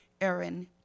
Aaron